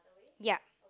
yep